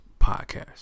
Podcast